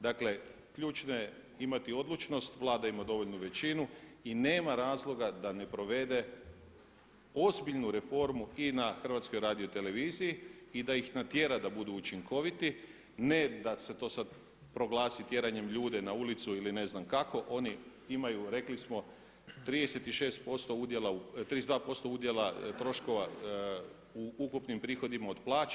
Dakle, ključno je imati odlučnost, Vlada ima dovoljnu većinu i nema razloga da ne provede ozbiljnu reformu i na HRT-u i da ih natjera da budu učinkoviti, ne da se to sad proglasi tjeranjem ljudi na ulicu ili ne znam kako, oni imaju rekli smo 32% udjela troškova u ukupnim prihodima od plaća.